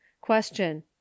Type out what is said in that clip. Question